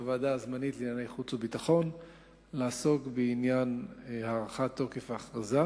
הוועדה הזמנית לענייני חוץ וביטחון לעסוק בעניין הארכת תוקף ההכרזה.